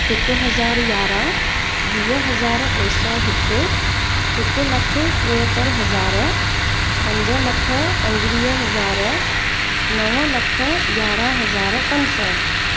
हिक हज़ार यारहं वीह हज़ार टे सौ हिक हिक लख टेहतरि हज़ार पंज लख पंजवीह हज़ार नव लख यारहं हज़ार पंज सौ